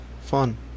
Fun